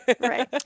right